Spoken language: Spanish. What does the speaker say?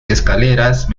escaleras